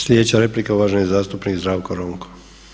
Sljedeća replika uvaženi zastupnik Zdravko ronko.